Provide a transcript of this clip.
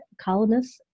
columnists